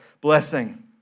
blessing